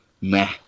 meh